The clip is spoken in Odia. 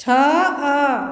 ଛ ଅ